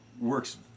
works